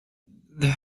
the